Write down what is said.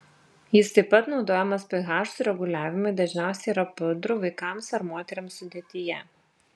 jis taip pat naudojamas ph sureguliavimui dažniausiai yra pudrų vaikams ar moterims sudėtyje